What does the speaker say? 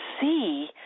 see